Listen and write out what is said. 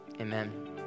amen